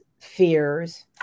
fears